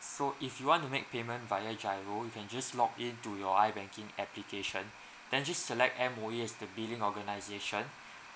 so if you want to make payment via G_I_R_O you can just log in to your i banking application then just select M_O_E as the billing organisation